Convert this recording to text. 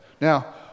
Now